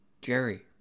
Jerry